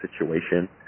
situation